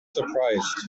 surprised